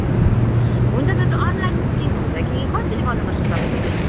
ए हुन्छ दाजु online booking हुन्छ कि कसरी गर्नुपर्छ तपाईँको त्यहाँ